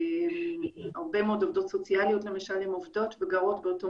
הרבה מאוד עובדות סוציאליות למשל עובדות וגרות באותו